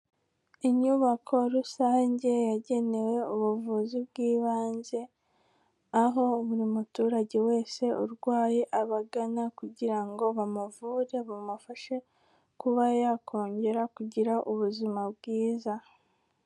Inyubako rusange yagenewe ubuvuzi bw'ibanze, aho buri muturage wese urwaye abagana kugira ngo bamuvure bamufashe kuba yakongera kugira ubuzima bwiza.